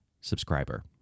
subscriber